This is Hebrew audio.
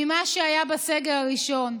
ממה שהיה בסגר הראשון,